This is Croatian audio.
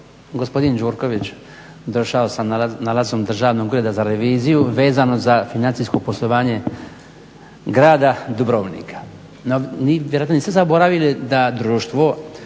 gospodin Gjurković došao sa nalazom Državnog ureda za reviziju vezano za financijsko poslovanje grada Dubrovnika. Vjerojatno niste zaboravili da društvo